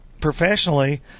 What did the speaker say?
professionally